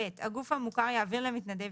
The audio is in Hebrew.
הגוף המוכר יעביר למתנדב,